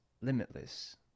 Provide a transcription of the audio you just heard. limitless